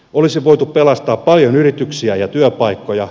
olisi voitu pelastaa paljon yrityksiä ja työpaikkoja